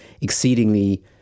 exceedingly